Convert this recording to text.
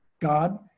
God